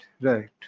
right